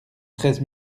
treize